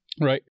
right